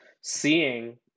seeing